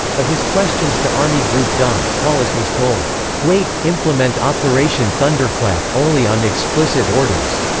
of his questions to army group don, paulus was told, wait, implement operation thunderclap only on explicit orders!